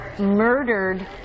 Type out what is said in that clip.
murdered